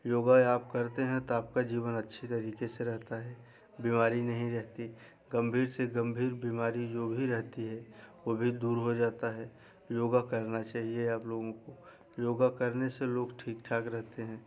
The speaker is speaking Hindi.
योग आप करते हैं तो आपका जीवन अच्छी तरीके से रहता है बीमारी नहीं रहती गंभीर से गंभीर बीमारी जो भी रहती है वो भी दूर हो जाती है योग करना चाहिए आप लोगों को योग करने से लोग ठीक ठाक रहते हैं